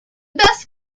best